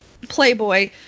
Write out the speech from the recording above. playboy